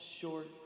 short